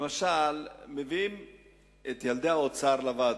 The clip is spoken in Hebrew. למשל, מביאים את ילדי האוצר לוועדות,